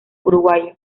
uruguayo